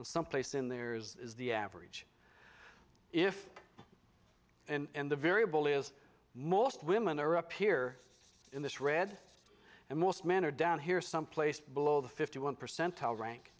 know someplace in theirs is the average if and the variable is most women are up here in this red and most men are down here someplace below the fifty one percentile rank